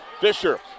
Fisher